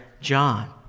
John